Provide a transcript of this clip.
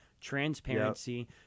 transparency